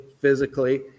physically